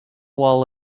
wall